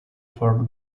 for